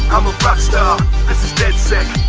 i'm a rockstar this is dedsec,